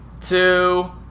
two